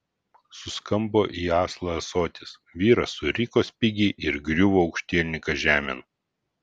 suskambo į aslą ąsotis vyras suriko spigiai ir griuvo aukštielninkas žemėn